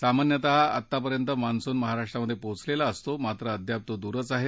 सामन्यतः आतापर्यंत मान्सून महाराष्ट्रात पोचलेला असतो मात्र अद्याप तो दूरच आहे